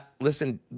listen